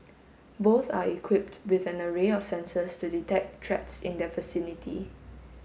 both are equipped with an array of sensors to detect threats in their vicinity